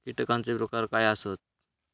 कीटकांचे प्रकार काय आसत?